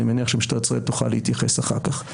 אני מניח שמשטרת ישראל תוכל להתייחס אחר כך.